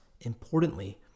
importantly